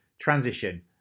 transition